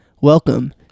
Welcome